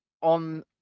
on